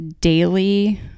daily